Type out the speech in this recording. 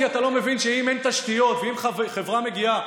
כי אתה לא מבין שאם אין תשתיות ואם חברה מגיעה